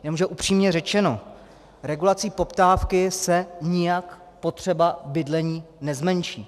Jenomže upřímně řečeno, regulací poptávky se nijak potřeba bydlení nezmenší.